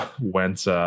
went